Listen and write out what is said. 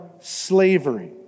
slavery